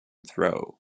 throw